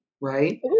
Right